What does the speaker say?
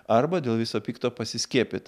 arba dėl viso pikto pasiskiepyt